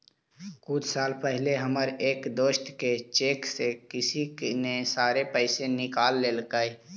कुछ साल पहले हमर एक दोस्त के चेक से किसी ने सारे पैसे निकाल लेलकइ